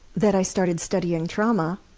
that i started studying trauma